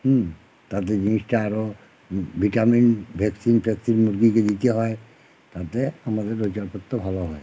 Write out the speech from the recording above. হুম তাতে জিনিসটা আরো ভিটামিন ভ্যাক্সিন ফ্যাক্সিন মুরগিকে দিতে হয় তাতে আমাদের রোজগারপত্র ভালো হয়